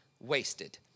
wasted